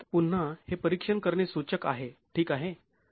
पुन्हा हे परीक्षण करणे सूचक आहे ठीक आहे